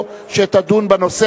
התשובה.